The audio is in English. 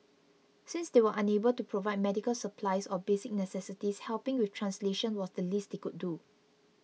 since they were unable to provide medical supplies or basic necessities helping with translations was the least they could do